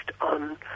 on